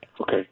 Okay